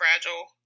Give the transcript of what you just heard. fragile